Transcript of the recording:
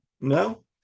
No